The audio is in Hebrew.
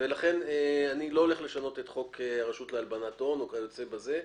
לכן אני לא הולך לשנות את חוק הרשות להלבנת הון או כיוצא בזה.